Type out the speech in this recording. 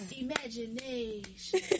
Imagination